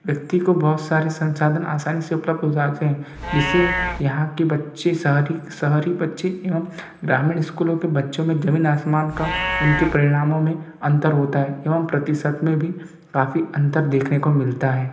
व्यक्ति को बहुत सारे संसाधन आसानी से उपलब्ध हो जाते है जिससे यहाँ के बच्चे शहरी बच्चे एवं ग्रामीण स्कूल के बच्चों मे जमीन आसमान का उनके परिणामों मे अंतर होता है एवं प्रतिशत में भी काफ़ी अंतर देखने को मिलता है